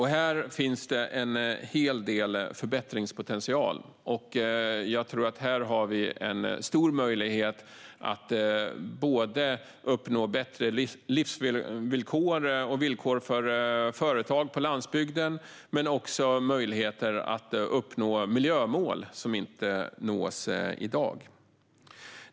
Här finns en hel del förbättringspotential, och jag tror att vi har stor möjlighet att både uppnå bättre villkor för företag på landsbygden och möjligheter att uppnå miljömål son inte nås i dag.